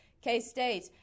K-State